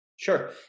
Sure